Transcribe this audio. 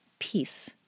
peace